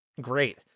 great